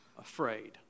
Afraid